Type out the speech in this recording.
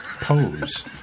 pose